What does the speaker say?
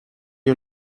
die